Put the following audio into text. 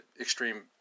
extreme